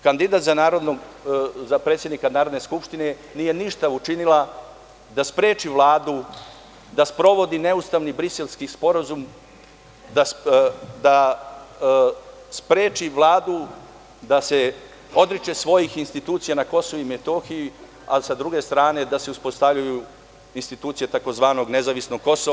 Kandidat za predsednika Narodne skupštine nije ništa učinila da spreči Vladu da sprovodi neustavni Briselski sporazum, da spreči Vladu da se odriče svojih institucija na KiM, a sa druge strane, da se uspostavljaju institucije tzv. nezavisnog Kosova.